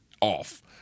off